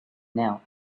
now